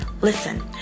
Listen